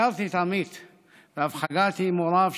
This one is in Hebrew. הכרתי את עמית ואף חגגתי עם הוריו,